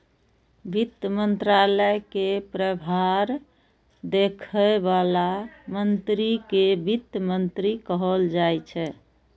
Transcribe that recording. वित्त मंत्रालय के प्रभार देखै बला मंत्री कें वित्त मंत्री कहल जाइ छै